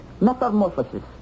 metamorphosis